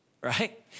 right